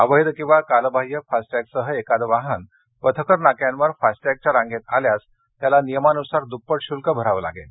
अवैध किवा कालबाह्य फास्टॅगसह एखादं वाहन पथकर नाक्यांवर फास्टॅगच्या रांगेत आल्यास त्याला नियमानुसार दृप्पट शुल्क भरावं लागेल